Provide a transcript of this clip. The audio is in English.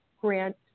grant